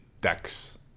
decks